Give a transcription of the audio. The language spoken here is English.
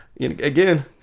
again